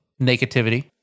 negativity